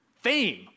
fame